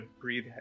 breathe